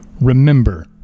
Remember